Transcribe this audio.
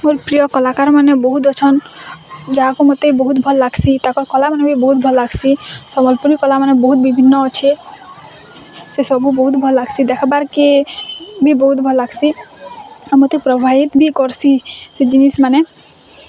ମୋର୍ ପ୍ରିୟ କଲାକାର୍ମାନେ ବହୁତ୍ ଅଛନ୍ ଯାହାକୁ ମତେ ବହୁତ୍ ଭଲ୍ ଲାଗ୍ସି ତାକର୍ କଲାମାନେ ବି ବହୁତ୍ ଭଲ୍ ଲାଗ୍ସି ସମ୍ବଲପୁରୀ କଲାମାନେ ବହୁତ୍ ବିଭିନ୍ନ ଅଛେ ସେ ସବୁ ବହୁତ୍ ଭଲ୍ ଲାଗ୍ସି ଦେଖବାର୍ କେ ବି ବହୁତ୍ ଭଲ୍ ଲାଗ୍ସି ଆଉ ମୋତେ ପ୍ରବାହିତ୍ ବି କର୍ସି ସେ ଜିନିଷ୍ମାନେ